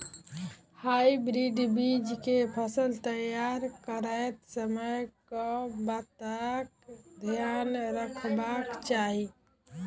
Hybrid बीज केँ फसल तैयार करैत समय कऽ बातक ध्यान रखबाक चाहि?